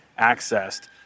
accessed